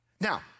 Now